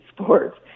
sports